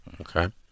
Okay